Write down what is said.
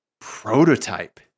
prototype